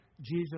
Jesus